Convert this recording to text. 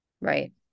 Right